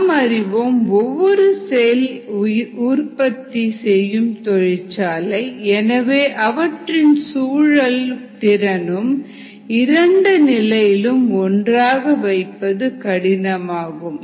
நாம் அறிவோம் ஒவ்வொரு செல் உற்பத்தி செய்யும் தொழிற்சாலை எனவே அவற்றின் சூழலும் செயல்திறனும் இரண்டு நிலையிலும் ஒன்றாக வைப்பது கடினமாகும்